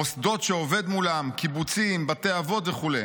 מוסדות שעובד מולם, קיבוצים, בתי אבות וכו'.